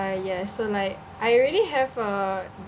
yes so like I already have a